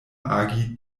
agi